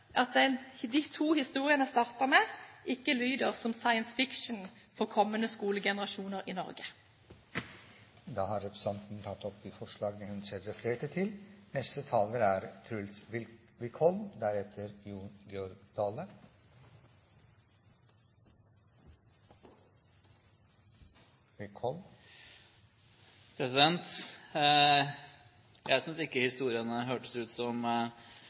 at de to historiene jeg startet med, ikke lyder som science fiction for kommende skolegenerasjoner i Norge. Representanten Dagrun Eriksen har tatt opp det forslaget hun refererte til. Jeg synes ikke historiene hørtes ut som science fiction, og jeg